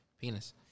penis